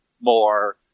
more